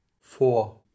four